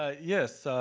ah yes.